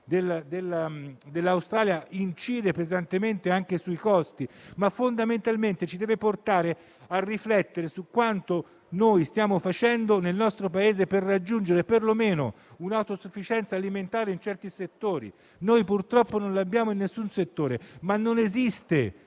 dell'Australia, incide pesantemente anche sui costi, ma fondamentalmente ci deve portare a riflettere su quanto stiamo facendo nel nostro Paese per raggiungere l'autosufficienza alimentare, perlomeno in certi settori. Noi purtroppo non l'abbiamo in nessun settore, ma non esiste